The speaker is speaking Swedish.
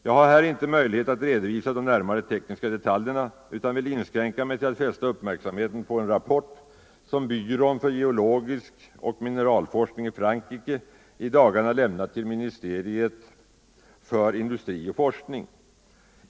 Jag har här inte möjlighet att redovisa de närmare tekniska detaljerna utan vill inskränka mig till att fästa uppmärksamheten på en rapport som Byrån för geologisk forskning och mineralforskning i Frankrike i dagarna lämnat till ministeriet för industri och forskning.